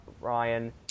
Ryan